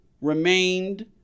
remained